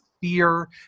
fear